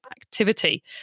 activity